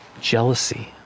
jealousy